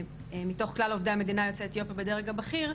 מתוך כלל עובדי המדינה יוצאי אתיופיה בדרג הבכיר,